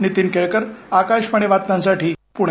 नीतीन केळकर आकाशवाणी बातम्यांसाठी पुणे